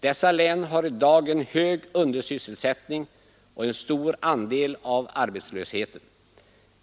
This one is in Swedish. Dessa län har i dag en hög undersysselsättning och en stor andel av arbetslösheten.